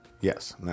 Yes